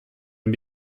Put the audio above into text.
and